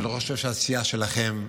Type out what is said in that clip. אני לא חושב שהסיעה שלכם,